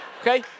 okay